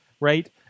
right